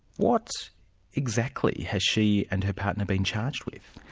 what exactly has she and her partner been charged with?